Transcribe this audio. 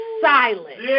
silent